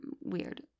weird